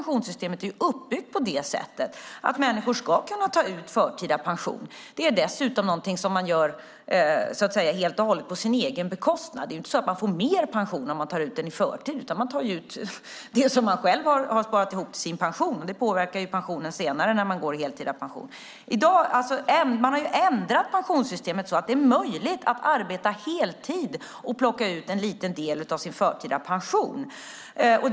Pensionssystemet är uppbyggt på det sättet att människor ska kunna ta ut förtida pension. Det är dessutom något som man gör helt och hållet på sin egen bekostnad. Man får ju inte mer pension om man tar ut den i förtid, utan man tar ut det som man själv har sparat ihop till sin pension, och det påverkar pensionen när man senare går i heltids pension. Man har ändrat pensionssystemet så att det är möjligt att arbeta heltid och plocka ut en liten del av sin pension i förtid.